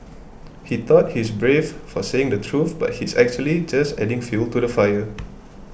he thought he's brave for saying the truth but he's actually just adding fuel to the fire